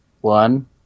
One